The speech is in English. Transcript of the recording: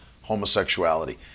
homosexuality